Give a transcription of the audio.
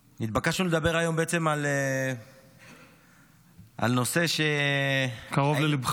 נתבקשנו לדבר היום בעצם על נושא -- קרוב לליבך.